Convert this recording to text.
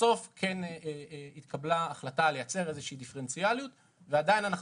בסוף התקבלה החלטה לייצר דיפרנציאליות ועדיין אנחנו